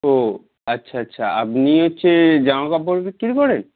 ও আচ্ছা আচ্ছা আপনি হচ্ছে জামাকাপড় বিক্রি করেন